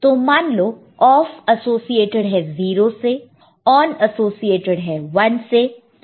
तो मान लो ऑफ एसोसिएटेड है 0 से और ऑन एसोसिएटेड है 1 से